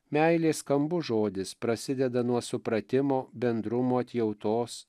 meilė skambus žodis prasideda nuo supratimo bendrumo atjautos